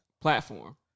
platform